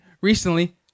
recently